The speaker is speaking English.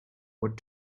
what